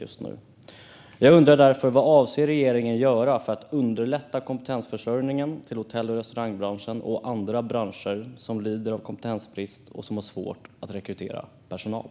Jag undrar därför: Vad avser regeringen att göra för att underlätta kompetensförsörjningen till hotell och restaurangbranschen och andra branscher som lider av kompetensbrist och har svårt att rekrytera personal?